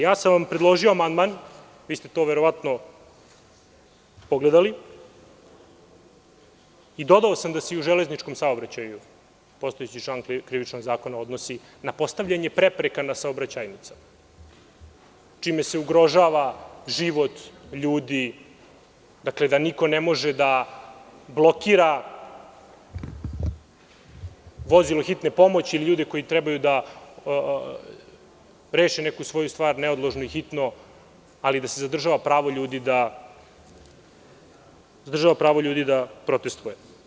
Ja sam vam predložio amandman, vi ste to verovatno pogledali i dodao sam da se i u železničkom saobraćaju postojeći član Krivičnog zakona odnosi na postavljanje prepreka na saobraćajnice, čime se ugrožava život ljudi, daniko ne može da blokira vozilo hitne pomoći i ljude koji trebaju da reše svoju stvar neodložno i hitno, ali da se zadržava pravo ljudi da protestuju.